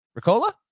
Ricola